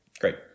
Great